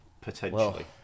Potentially